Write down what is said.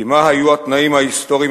כי מה היו התנאים ההיסטוריים,